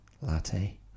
latte